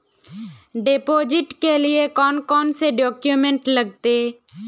Deposit के लिए कौन कौन से डॉक्यूमेंट लगते?